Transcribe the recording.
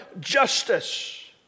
justice